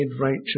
righteous